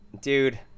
dude